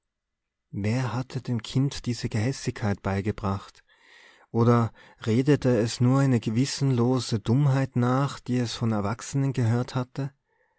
wer hatte dem kind diese gehässigkeit beigebracht oder redete es nur eine gewissenlose dummheit nach die es von erwachsenen gehört hatte